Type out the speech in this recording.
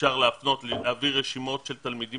אפשר להעביר רשימות מסודרות של תלמידים